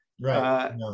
Right